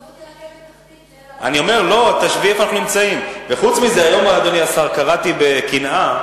חוץ מזה, אדוני השר, היום קראתי בקנאה